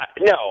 No